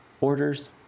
orders